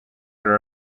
are